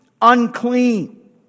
unclean